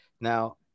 Now